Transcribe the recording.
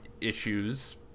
issues